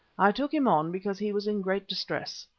i took him on because he was in great distress,